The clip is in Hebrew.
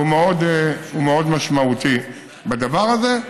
והוא מאוד משמעותי בדבר הזה.